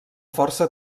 força